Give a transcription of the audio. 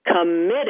committed